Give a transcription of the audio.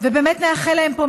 ובאמת נאחל להם פה,